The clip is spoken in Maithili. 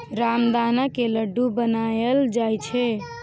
रामदाना के लड्डू बनाएल जाइ छै